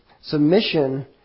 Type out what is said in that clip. Submission